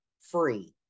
free